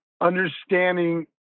understanding